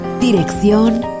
Dirección